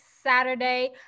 saturday